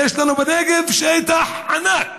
הרי יש לנו בנגב שטח ענק,